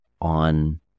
on